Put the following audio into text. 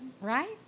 right